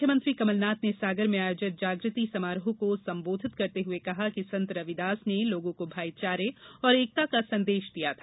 मुख्यमंत्री कमलनाथ ने सागर में आयोजित जागृति समारोह को संबोधित करते हुए कहा कि संत रविदास ने लोगों को भाई चारे और एकता का संदेश दिया था